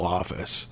office